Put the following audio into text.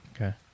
Okay